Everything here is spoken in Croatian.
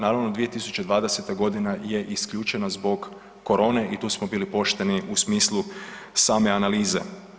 Naravno 2020.g. je isključena zbog korone i tu smo bili pošteni u smislu same analize.